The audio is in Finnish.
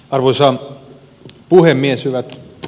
hyvät edustajakollegat